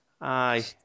Aye